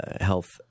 health